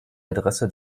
adresse